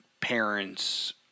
parents